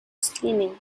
steaming